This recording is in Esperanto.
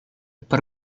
por